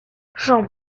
j’en